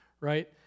right